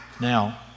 Now